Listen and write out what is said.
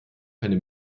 keine